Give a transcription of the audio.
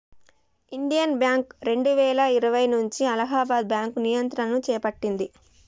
Indian bank రెండువేల ఇరవై నుంచి అలహాబాద్ బ్యాంకు నియంత్రణను చేపట్టింది